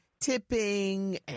tipping